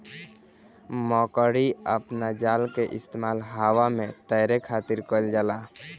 मकड़ी अपना जाल के इस्तेमाल हवा में तैरे खातिर कईल जाला